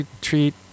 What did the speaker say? treat